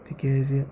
تِکیٛازِ